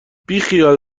بیخیال